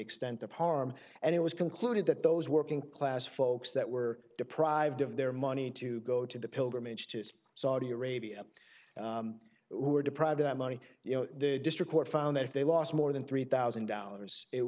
extent of harm and it was concluded that those working class folks that were deprived of their money to go to the pilgrimage to saudi arabia who were deprived of that money you know the district court found that if they lost more than three thousand dollars it